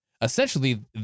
essentially